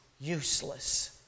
useless